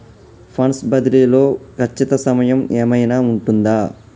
Funds బదిలీ లో ఖచ్చిత సమయం ఏమైనా ఉంటుందా?